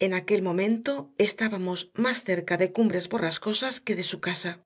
en aquel momento estábamos más cerca de cumbres borrascosas que de su casa